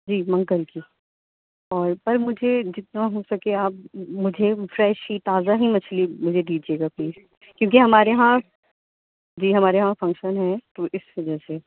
جی منگل کی اور پر مجھے جتنا ہو سکے آپ مجھے فریش ہی تازہ ہی مچھلی مجھے دیجیے گا پلیز کیوںکہ ہمارے یہاں جی ہمارے یہاں فنگشن ہے تو اس وجہ سے